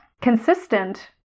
consistent